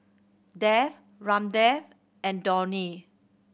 Dev Ramdev and Dhoni